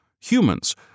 humans